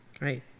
right